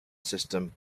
system